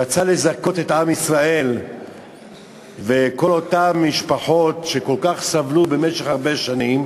רצה לזכות את עם ישראל ואת כל אותן משפחות שכל כך סבלו במשך הרבה שנים.